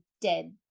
dead